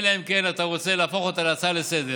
אלא אם כן אתה רוצה להפוך אותה להצעה לסדר-היום.